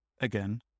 again